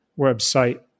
website